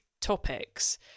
topics